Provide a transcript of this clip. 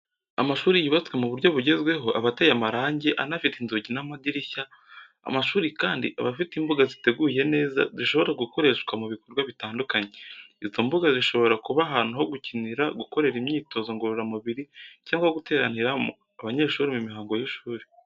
Amashuri yubatswe mu buryo bugezweho aba ateye amarange anafite inzugi n'amadirishya, amashuri kandi aba afite imbuga ziteguye neza, zishobora gukoreshwa mu bikorwa bitandukanye. Izo mbuga zishobora kuba ahantu ho gukinira, gukorera imyitozo ngororamubiri cyangwa guteraniramo abanyeshuri mu mihango y'ishuri.